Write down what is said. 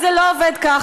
אז זה לא עובד כך.